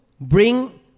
bring